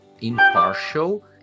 impartial